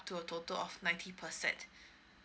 to a total of ninety percent